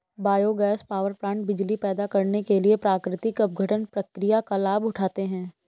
biogas power plant बिजली पैदा करने के लिए प्राकृतिक अपघटन प्रक्रिया का लाभ उठाते हैं